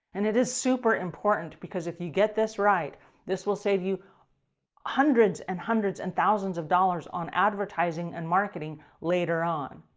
and it is super important, because if you get this right this will save you hundreds, and hundreds, and thousands of dollars on advertising, and marketing later on.